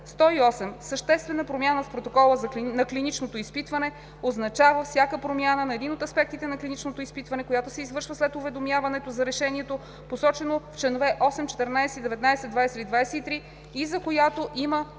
108. „Съществена промяна в протокола на клиничното изпитване“ означава всяка промяна на един от аспектите на клиничното изпитване, която се извършва след уведомяването за решението, посочено в членове 8, 14, 19, 20 или 23 и за която има